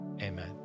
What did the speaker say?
Amen